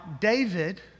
David